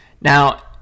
Now